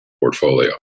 portfolio